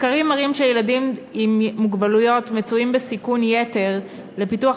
מחקרים מראים שילדים עם מוגבלויות מצויים בסיכון יתר לפיתוח